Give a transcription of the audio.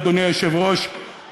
אדוני היושב-ראש,